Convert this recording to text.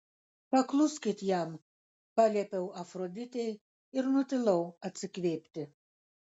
pakluskit jam paliepiau afroditei ir nutilau atsikvėpti